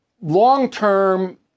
long-term